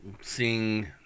seeing